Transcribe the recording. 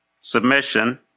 submission